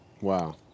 Wow